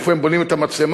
איפה הם בונים את המצלמה?